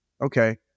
okay